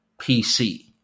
PC